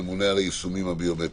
הממונה על היישומים הביומטריים.